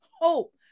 hope